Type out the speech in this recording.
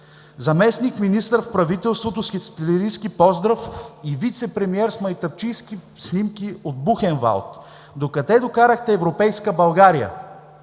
„Заместник-министър в правителството с хитлеристки поздрав и вицепремиер с майтапчийски снимки от Бухенвалд. Докъде докарахте европейска България?!